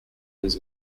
his